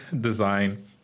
design